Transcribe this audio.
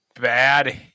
bad